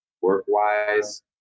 work-wise